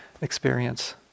experience